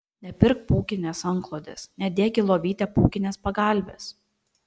nepirk pūkinės antklodės nedėk į lovytę pūkinės pagalvės